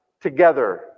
together